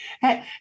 Hey